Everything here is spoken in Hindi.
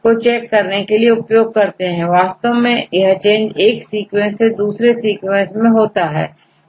वास्तव में यह चेंज एक सीक्वेंस से दूसरे सीक्वेंस मैं होता है